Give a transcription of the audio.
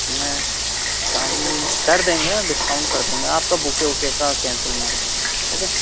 इसमें कम कर देंगे डिस्काउंट कर देंगे आपका बुके उके का कैंसिल मार देंगे ओके